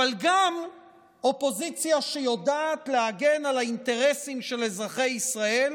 אבל גם אופוזיציה שיודעת להגן על האינטרסים של אזרחי ישראל.